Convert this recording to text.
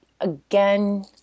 again